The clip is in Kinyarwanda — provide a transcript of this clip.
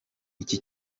iki